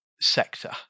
sector